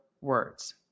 words